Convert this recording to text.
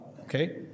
okay